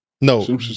No